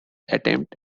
attempt